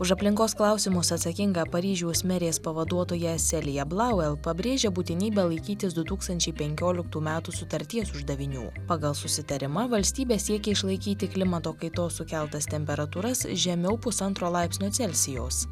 už aplinkos klausimus atsakinga paryžiaus merės pavaduotoja selija blauel pabrėžė būtinybę laikytis du tūkstančiai penkioliktų metų sutarties uždavinių pagal susitarimą valstybė siekia išlaikyti klimato kaitos sukeltas temperatūras žemiau pusantro laipsnio celsijaus